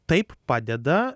taip padeda